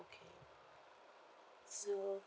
okay so